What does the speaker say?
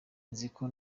nziko